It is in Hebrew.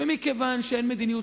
ומכיוון שאין מדיניות,